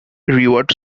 reward